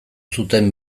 zuten